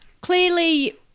clearly